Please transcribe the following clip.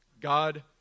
God